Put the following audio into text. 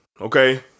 Okay